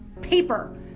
paper